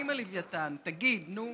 מה עם הלוויתן, תגיד, נו.